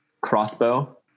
crossbow